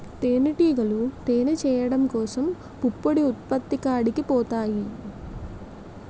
తేనిటీగలు తేనె చేయడం కోసం పుప్పొడి ఉత్పత్తి కాడికి పోతాయి